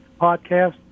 podcast